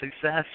success